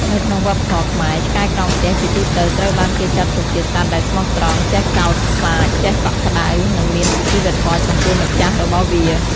នៅក្នុងវប្បធម៌ខ្មែរ ឆ្កែក្រោមផ្ទះជាទូទៅត្រូវបានគេចាត់ទុកជាសត្វដែលស្មោះត្រង់ ចេះកោតខ្លាច ចេះកក់ក្តៅ និងមានសុជីវធម៌ចំពោះម្ចាស់របស់វា។